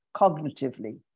cognitively